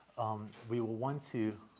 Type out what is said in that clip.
um, we will want to